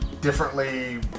differently